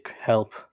help